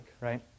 right